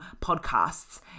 podcasts